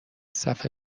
صفحه